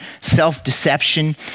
self-deception